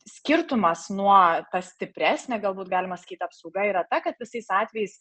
skirtumas nuo stipresnė galbūt galima sakyt apsauga yra ta kad visais atvejais